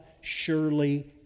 surely